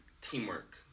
teamwork